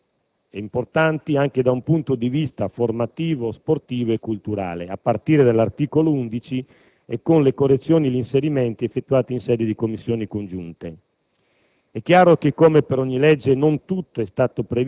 Sono state poi inserite norme utili e importanti anche da un punto di vista formativo, sportivo e culturale, a partire dall'articolo 11, e con le correzioni e gli inserimenti effettuati in sede di Commissioni riunite.